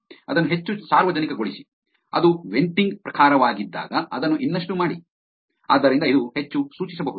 ಅದನ್ನು ಹೆಚ್ಚು ಸಾರ್ವಜನಿಕಗೊಳಿಸಿ ಅದು ವೆಂಟಿಂಗ್ ಪ್ರಕಾರವಾಗಿದ್ದಾಗ ಅದನ್ನು ಇನ್ನಷ್ಟು ಮಾಡಿ ಆದ್ದರಿಂದ ಇದು ಹೆಚ್ಚು ಸೂಚಿಸಬಹುದು